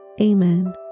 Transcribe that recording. Amen